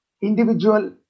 individual